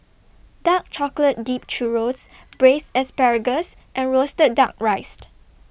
Dark Chocolate Dipped Churro Braised Asparagus and Roasted Duck Rice